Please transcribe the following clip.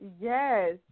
Yes